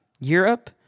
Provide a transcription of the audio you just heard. Europe